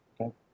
Okay